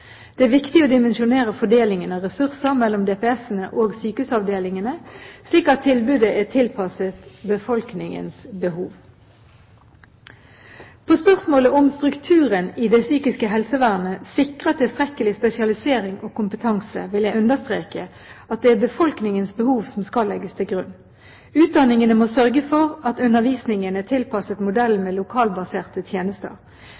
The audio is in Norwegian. Det er viktig å dimensjonere fordelingen av ressurser mellom DPS-ene og sykehusavdelingene slik at tilbudet er tilpasset befolkningens behov. På spørsmålet om strukturen i det psykiske helsevernet sikrer tilstrekkelig spesialisering og kompetanse, vil jeg understreke at det er befolkningens behov som skal legges til grunn. Utdanningene må sørge for at undervisningen er tilpasset modellen med lokalbaserte tjenester.